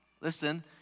listen